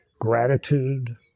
gratitude